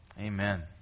Amen